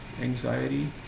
anxiety